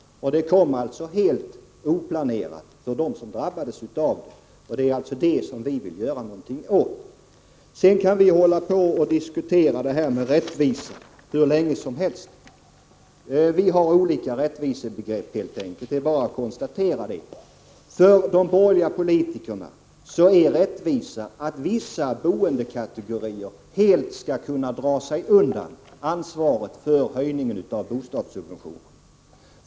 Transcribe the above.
Det var någonting som kom helt oplanerat för dem som drabbades. Det är alltså detta som vi vill göra någonting åt. Vi kan hålla på och diskutera det här med rättvisa hur länge som helst. Vi har helt enkelt olika rättvisebegrepp. Det är bara att konstatera detta. För de borgerliga politikerna är det rättvisa att vissa boendekategorier helt skall kunna dra sig undan ansvaret för höjningen av bostadssubventionerna.